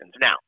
Now